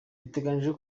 biteganijwe